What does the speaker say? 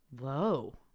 Whoa